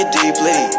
deeply